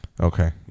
Okay